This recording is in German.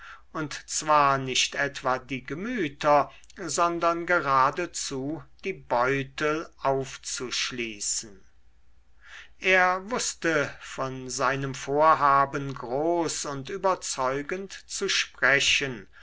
und zwar nicht etwa die gemüter sondern geradezu die beutel aufzuschließen er wußte von seinem vorhaben groß und überzeugend zu sprechen